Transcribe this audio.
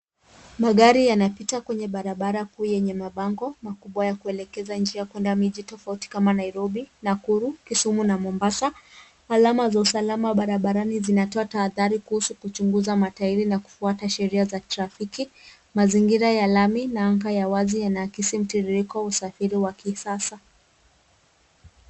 Magari yanapita kwenye barabara kuu yenye mabango makubwa ya kuelekeza njia kuenda miji tofauti kama Nairobi, Nakuru, Kisumu na Mombasa. Alama za usalama barabarani zinatoa tahadhari kuhusu kuchunguza matayiri na kufuata sheria za trafiki. Mazingira ya lami na anga ya wazi yanaakisi mtiririko wa usafiri wa kisasa.